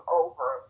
over